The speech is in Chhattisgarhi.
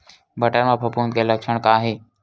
बटर म फफूंद के लक्षण का हे?